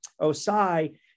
Osai